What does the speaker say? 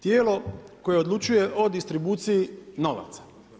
Tijelo koje odlučuje o distribuciji novaca.